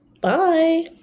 bye